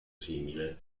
simile